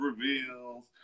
reveals